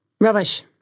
Rubbish